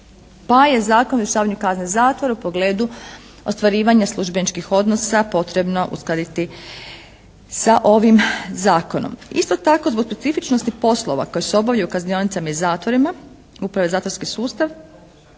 Pa je Zakon o izvršavanju kazne zatvorom u pogledu ostvarivanja službeničkih odnosa potrebno uskladiti sa ovim zakonom. Isto tako zbog specifičnosti poslova koji se obavljaju u kaznionicama i zatvorima, uprava i zatvorski sustav,